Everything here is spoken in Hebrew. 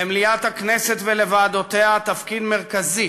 למליאת הכנסת ולוועדותיה תפקיד מרכזי